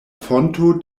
fonto